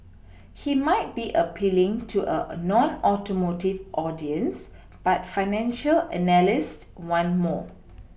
he might be appealing to a nonAutomotive audience but financial analysts want more